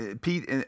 pete